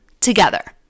together